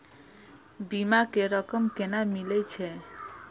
बीमा के रकम केना मिले छै?